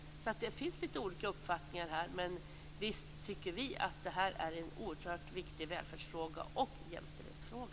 Det finns alltså lite olika uppfattningar. Men visst tycker vi att det här är en oerhört viktig välfärds och jämställdhetsfråga.